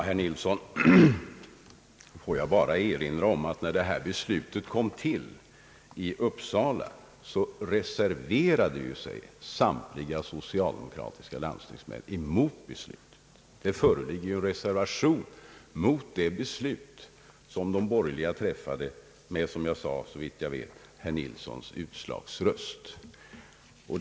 Herr talman! Låt mig bara erinra herr Nilsson om att när ifrågavarande beslut fattades i Uppsala reserverade sig samtliga socialdemokratiska landstingsmän mot beslutet. Det föreligger ju reservation mot de beslut som de borgerliga träffade — såvitt jag vet med herr Nilssons utslagsröst, vilket jag nämnde förut.